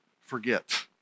forget